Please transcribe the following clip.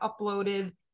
uploaded